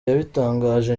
yabitangaje